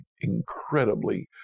incredibly